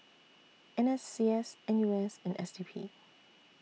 N S C S N U S and S D P